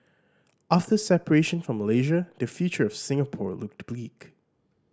after separation from Malaysia the future of Singapore looked bleak